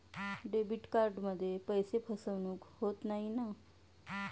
Debit कार्डमध्ये पैसे फसवणूक होत नाही ना?